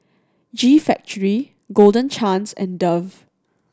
G Factory Golden Chance and Dove